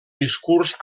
discurs